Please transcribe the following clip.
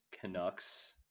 Canucks